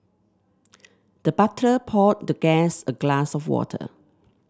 the butler poured the guest a glass of water